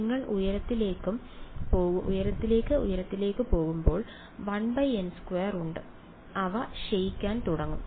നിങ്ങൾ ഉയരത്തിലേക്കും ഉയരത്തിലേക്കും പോകുമ്പോൾ 1n2 ഉണ്ട് അവ ക്ഷയിക്കാൻ തുടങ്ങും